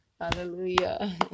hallelujah